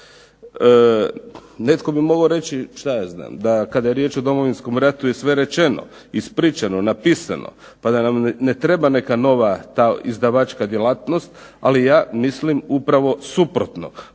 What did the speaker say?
Netko bi mogao reći da kada je riječ o Domovinskom ratu je sve rečeno, ispričano, napisano pa da nam ne treba neka nova ta izdavačka djelatnost, ali ja mislim upravo suprotno.